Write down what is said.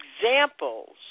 examples